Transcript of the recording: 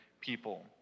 people